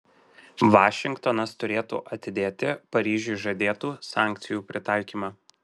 vašingtonas turėtų atidėti paryžiui žadėtų sankcijų pritaikymą